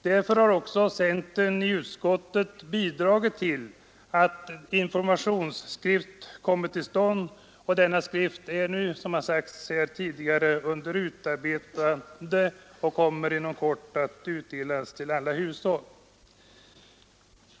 Därför har också centern i utskottet bidragit till att en informationsskrift kommer till stånd. Denna skrift är nu, som har sagts här tidigare, under utarbetande och kommer inom kort att utdelas till alla hushåll.